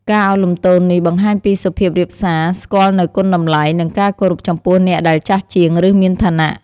ការឱនលំទោននេះបង្ហាញពីសុភាពរាបសា ស្គាល់នូវគុណតម្លៃ និងការគោរពចំពោះអ្នកដែលចាស់ជាង ឬមានឋានៈ។